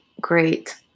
great